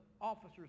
officers